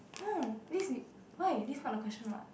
no this is why this not the question what